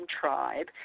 Tribe